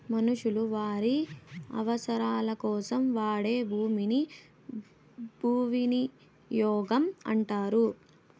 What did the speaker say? మనుషులు వారి అవసరాలకోసం వాడే భూమిని భూవినియోగం అంటారు